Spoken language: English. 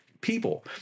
people